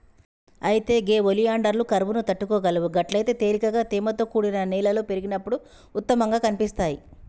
అయితే గే ఒలియాండర్లు కరువును తట్టుకోగలవు గట్లయితే తేలికగా తేమతో కూడిన నేలలో పెరిగినప్పుడు ఉత్తమంగా కనిపిస్తాయి